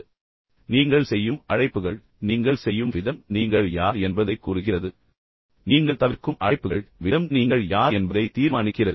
எனவே நீங்கள் செய்யும் அழைப்புகள் நீங்கள் செய்யும் விதம் நீங்கள் யார் என்பதைக் கூறுகிறது நீங்கள் தவிர்க்கும் அழைப்புகள் மற்றும் அவற்றைத் தவிர்க்கும் விதம் நீங்கள் யார் என்பதை தீர்மானிக்கிறது